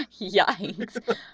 Yikes